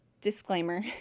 disclaimer